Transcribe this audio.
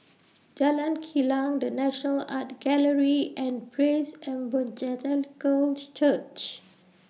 Jalan Kilang The National Art Gallery and Praise Evangelical Church